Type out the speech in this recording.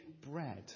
bread